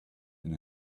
and